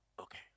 Okay